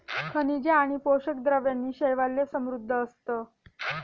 खनिजे आणि पोषक द्रव्यांनी शैवाल समृद्ध असतं